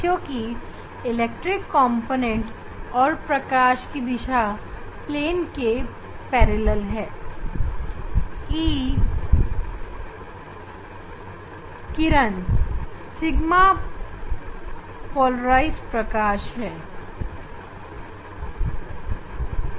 प्रकाश की गति और इलेक्ट्रिक कॉम्पोनेंट दोनों ही पेपर के प्लेन अथवा इंसिडेंट प्लेन के समांतर होते हैं